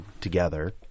together